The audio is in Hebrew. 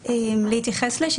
הזה.